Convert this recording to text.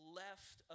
left